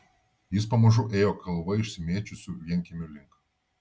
jis pamažu ėjo kalva išsimėčiusių vienkiemių link